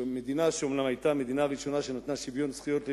מדינה שאומנם היתה המדינה הראשונה שנתנה שוויון זכויות ליהודים,